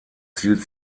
zielt